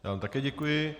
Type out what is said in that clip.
Já vám také děkuji.